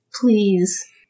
please